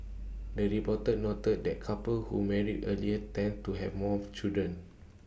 the report noted that couples who marry earlier tend to have more children